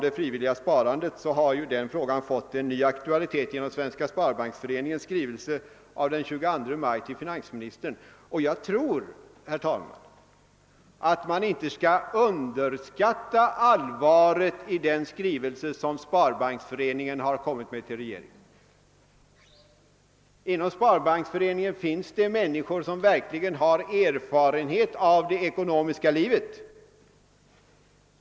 Det frivilliga sparandet har ju fått en ny aktualitet genom Svenska Sparbanksföreningens skrivelse av den 22 maj till finansministern, och jag tror, herr talman, att man inte skall underskatta allvaret i den skrivelse som tillställdes regeringen. Inom Sparbanksföreningen finns det människor som verkligen har erfarenhet av det ekonomiska livet.